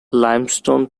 limestone